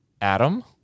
Adam